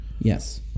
Yes